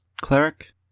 cleric